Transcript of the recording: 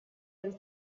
and